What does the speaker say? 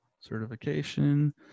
certification